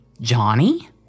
Johnny